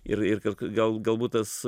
ir ir gal galbūt tas